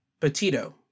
Petito